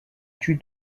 tue